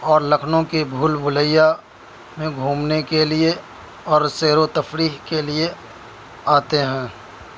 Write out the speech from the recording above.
اور لکھنئو کے بھول بھلیا میں گھومنے کے لیے اور سیر و تفریح کے لیے آتے ہیں